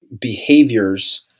behaviors